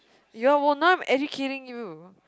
you don't well now I'm educating you